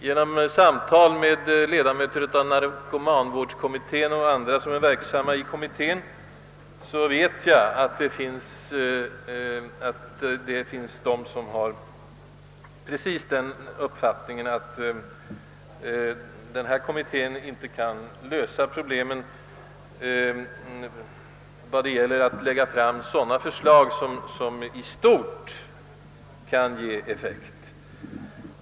Genom samtal med ledamöter av narkomanvårdskommittén och med andra som är verksamma i kommittén vet jag att det där finns personer som har samma eller likartad uppfattning. De anser att kommittén knappast kan lägga fram förslag, som kan åstadkomma en lösning på riksdagsplanet av hithörande problem i stort.